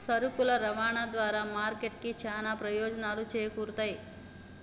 సరుకుల రవాణా ద్వారా మార్కెట్ కి చానా ప్రయోజనాలు చేకూరుతయ్